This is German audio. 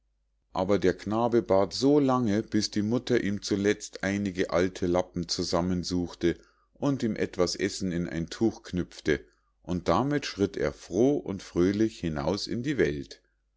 aber der knabe bat so lange bis die mutter ihm zuletzt einige alte lappen zusammensuchte und ihm etwas essen in ein tuch knüpfte und damit schritt er froh und fröhlich hinaus in die welt